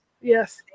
Yes